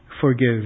forgive